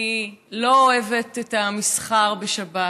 אני לא אוהבת את המסחר בשבת,